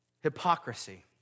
hypocrisy